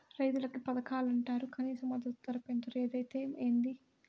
రైతులకి పథకాలంటరు కనీస మద్దతు ధర పెంచరు ఏదైతే ఏంది